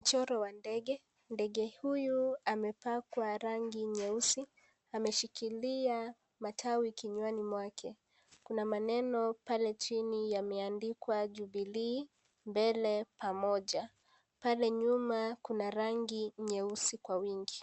Mchoro wa ndege ,ndege huyu amepakwa rangi nyeusi ameshikilia matawi kinywani mwake kuna maneno pale chini yameandikwa Jubilee mbele pamoja pale nyuma kuna rangi nyeusi kwa wingi.